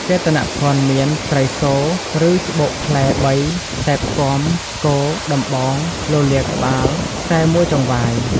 កេតនភណ្ឌមាន ត្រីសូល៍ ឬច្បូកផ្លែ ៣ ខ្សែផ្គាំ ស្គរ ដំបង លលាដ៍ក្បាល ខ្សែ១ចង្វាយ។